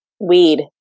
weed